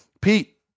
Pete